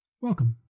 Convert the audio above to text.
Welcome